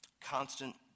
constant